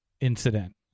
incident